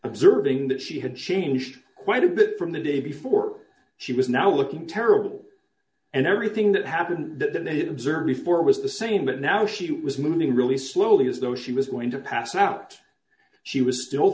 observing that she had changed quite a bit from the day before she was now looking terrible and everything that happened that observed before was the same but now she was moving really slowly as though she was going to pass out she was still